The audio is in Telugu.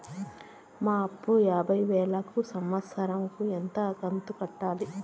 నా అప్పు యాభై వేలు కు సంవత్సరం కు ఎంత కంతు కట్టాలి?